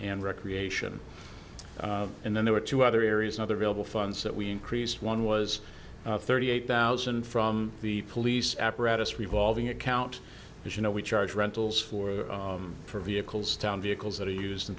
and recreation and then there are two other areas other billable funds that we increase one was thirty eight thousand from the police apparatus revolving account as you know we charge rentals for vehicles down vehicles that are used in